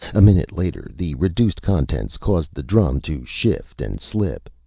a minute later, the reduced contents caused the drum to shift and slip.